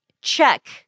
check